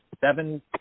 seven